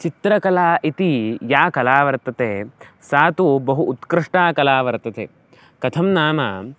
चित्रकला इति या कला वर्तते सा तु बहु उत्कृष्टा कला वर्तते कथं नाम